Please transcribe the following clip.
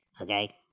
okay